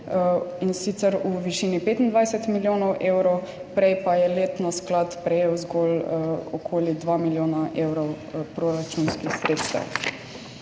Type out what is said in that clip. stanovanj v višini 25 milijonov evrov, prej pa je letno sklad prejel zgolj okoli dva milijona evrov proračunskih sredstev.